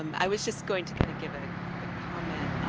um i was just going to kind of give a quick comment.